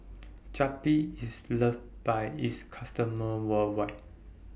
Zappy IS loved By its customers worldwide